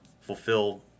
fulfill